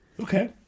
Okay